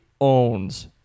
owns